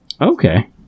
Okay